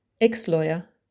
ex-lawyer